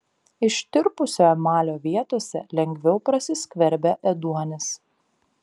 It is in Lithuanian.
ištirpusio emalio vietose lengviau prasiskverbia ėduonis